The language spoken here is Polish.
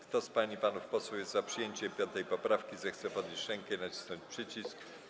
Kto z pań i panów posłów jest za przyjęciem 5. poprawki, zechce podnieść rękę i nacisnąć przycisk.